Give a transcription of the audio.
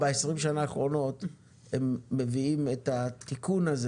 מישהו רוצה להקים תחנה,